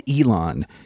Elon